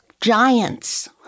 giants